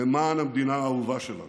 למען המדינה האהובה שלנו.